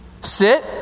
sit